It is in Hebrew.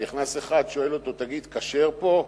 נכנס אחד ושואל אותו: תגיד, כשר פה?